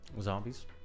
zombies